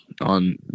on